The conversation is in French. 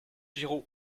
giraud